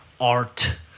art